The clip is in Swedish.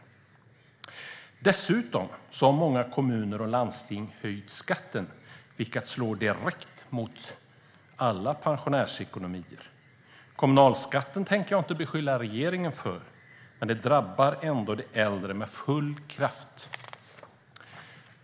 Dessutom har många kommuner och landsting höjt skatten, vilket slår direkt mot alla pensionärsekonomier. Kommunalskattehöjningen tänker jag inte beskylla regeringen för, men den drabbar ändå de äldre med full kraft.